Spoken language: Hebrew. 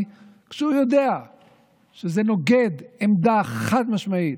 כשהוא יודע שזה נוגד עמדה חד-משמעית